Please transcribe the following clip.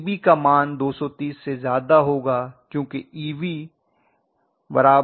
Eb का मान 230 से ज्यादा होगा क्योंकि Eb VtIaRa